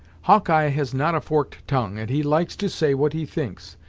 hawkeye has not a forked tongue, and he likes to say what he thinks.